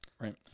right